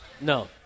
No